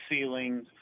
ceilings